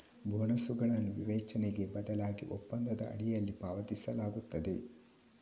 ಬೋನಸುಗಳನ್ನು ವಿವೇಚನೆಗೆ ಬದಲಾಗಿ ಒಪ್ಪಂದದ ಅಡಿಯಲ್ಲಿ ಪಾವತಿಸಲಾಗುತ್ತದೆ